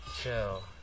Chill